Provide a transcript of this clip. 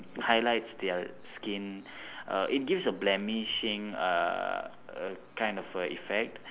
highlights their skin uh it gives a blemishing uh a kind of a effect